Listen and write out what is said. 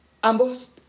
ambos